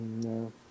No